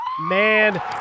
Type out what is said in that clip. Man